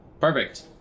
perfect